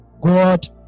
God